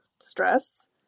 stress